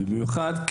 במיוחד,